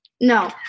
No